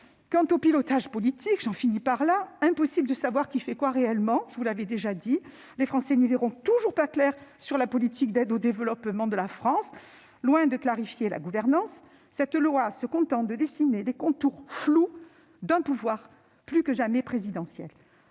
évoquant le pilotage politique. Il est impossible de savoir qui fait réellement quoi, comme je l'avais déjà souligné. Or les Français n'y verront toujours pas clair sur la politique d'aide au développement de la France : loin de clarifier la gouvernance, cette loi se contente de dessiner les contours flous d'un pouvoir plus que jamais présidentiel.